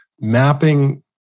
Mapping